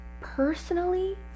personally